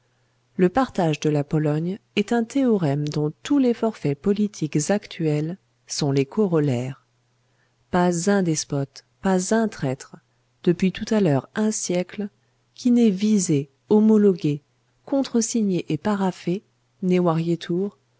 le partage de la pologne est un théorème dont tous les forfaits politiques actuels sont les corollaires pas un despote pas un traître depuis tout à l'heure un siècle qui n'ait visé homologué contre signé et paraphé ne